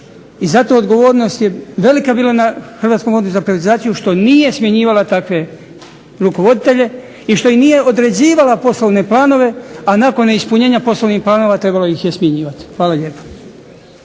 I zato odgovornost je velika bila na Hrvatskom fondu za privatizaciju što nije smjenjivala takve rukovoditelje i što im nije određivala poslovne planove, a nakon neispunjenja poslovnih planova trebalo ih je smjenjivati. Hvala lijepo.